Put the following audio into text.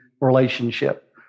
relationship